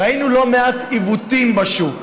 ראינו לא מעט עיוותים בשוק.